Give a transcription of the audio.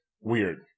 weird